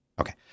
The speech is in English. Okay